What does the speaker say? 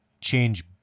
change